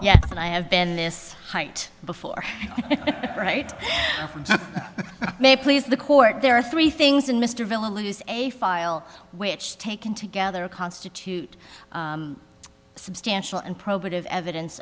and i have been this height before right may please the court there are three things in mr villa lose a file which taken together constitute substantial and probative evidence